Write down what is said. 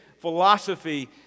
philosophy